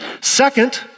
Second